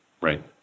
right